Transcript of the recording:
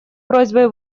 просьбой